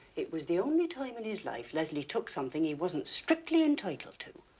it was the only time in his life leslie took something he wasn't strictly entitled to.